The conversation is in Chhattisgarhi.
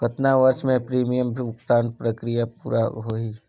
कतना वर्ष मे प्रीमियम भुगतान प्रक्रिया पूरा होही?